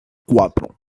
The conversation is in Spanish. cuatro